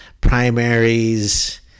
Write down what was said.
primaries